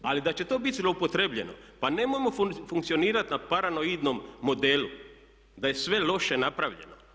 Ali da će to biti zloupotrijebljeno pa nemojmo funkcionirati na paranoidnom modelu da je sve loše napravljeno.